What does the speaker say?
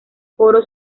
coro